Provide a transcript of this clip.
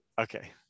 Okay